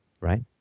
Right